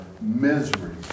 misery